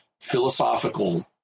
philosophical